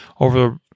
over